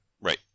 Right